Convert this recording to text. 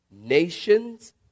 nations